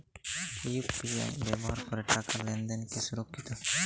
UPI ব্যবহার করে টাকা লেনদেন কি সুরক্ষিত?